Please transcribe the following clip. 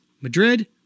Madrid